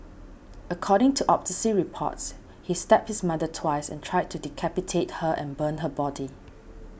according to autopsy reports he stabbed his mother twice and tried to decapitate her and burn her body